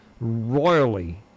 royally